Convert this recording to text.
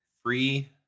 Free